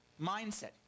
mindset